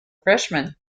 freshman